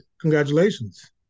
congratulations